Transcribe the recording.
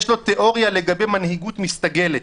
יש לו תיאוריה לגבי מנהיגות מסתגלת.